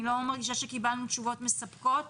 אני לא מרגישה שקיבלנו תשובות מספקות